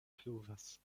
pluvas